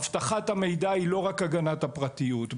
אבטחת המידע היא לא רק הגנת הפרטיות.